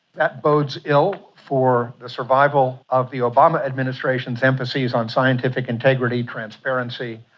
that bodes ill for the survival of the obama administration's emphases on scientific integrity, transparency,